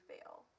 fail